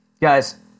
guys